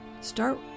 start